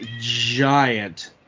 giant